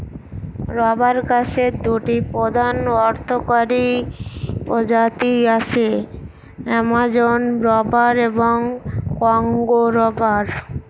rubber গাছের দুটি প্রধান অর্থকরী প্রজাতি আছে, অ্যামাজন রবার এবং কংগো রবার